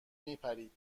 میپرید